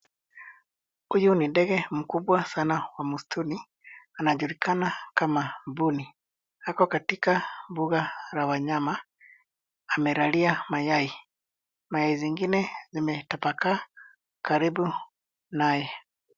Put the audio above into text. Huyu ni ndege mkubwa sana wa msituni anajulikana kama mbuni, ako katika mbuga la wanyama amelalia mayai. Mayai zingine zimetapakaa karibu naye.